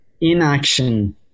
inaction